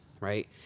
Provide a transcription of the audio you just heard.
right